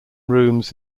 rooms